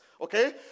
Okay